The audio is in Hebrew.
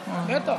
או, בטח.